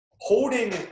holding